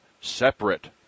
separate